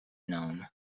known